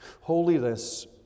Holiness